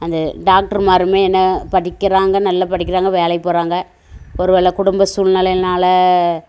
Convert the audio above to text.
அந்த டாக்டர்மாரும் என்ன படிக்கிறாங்க நல்லா படிக்கிறாங்க வேலைக்கு போகிறாங்க ஒருவேளை குடும்ப சூல்நிலையினால்